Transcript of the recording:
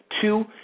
Two